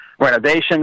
renovations